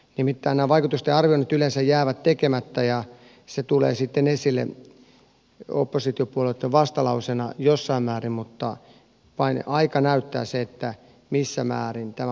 nimittäin nämä vaikutusten arvioinnit yleensä jäävät tekemättä ja se tulee sitten esille oppositiopuolueitten vastalauseena jossain määrin mutta vain aika näyttää sen missä määrin tämä vaikuttaa meidän kuntiemme asukkaiden hyvinvointiin